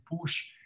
push